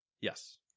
yes